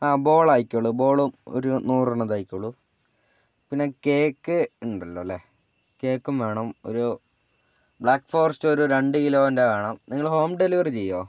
ആ ബോൾ ആയിക്കോളൂ ബോളും ഒരു നൂറെണ്ണം ഇതായിക്കോളൂ പിന്നെ കേക്ക് ഉണ്ടല്ലോ അല്ലേ കേക്കും വേണം ഒരു ബ്ലാക്ക് ഫോറസ്റ്റ് ഒരു രണ്ട് കിലോൻ്റെ വേണം നിങ്ങൾ ഹോം ഡെലിവറി ചെയ്യുമോ